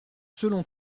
selon